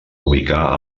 ubicar